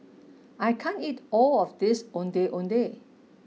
I can't eat all of this Ondeh Ondeh